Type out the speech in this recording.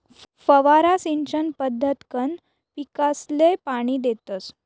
फवारा सिंचन पद्धतकंन पीकसले पाणी देतस